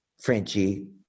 Frenchie